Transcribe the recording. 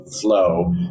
flow